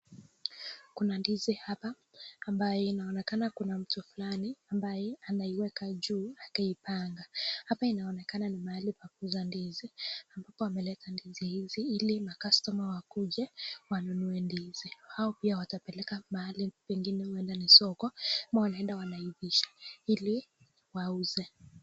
Kuna ndizi hapa, ambayo inaonekana kuna mtu fulani ambaye anaiweka juu akipanga, hapa inaonekana ni mahali pa kuuza ndizi ambapo ameleta ndizi hizi ili macustomer wakuje wanunue ndizi, hao pia watapeleka mahali pengine huenda ni soko ama wanaenda wanaivisha ili wauze.